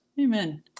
Amen